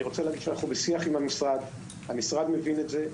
אנחנו בשיח עם המשרד, המשרד מבין את זה.